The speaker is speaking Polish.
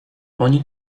oni